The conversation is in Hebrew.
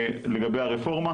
לגבי הרפורמה.